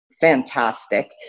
Fantastic